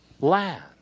land